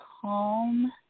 calm